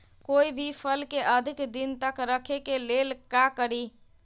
कोई भी फल के अधिक दिन तक रखे के ले ल का करी?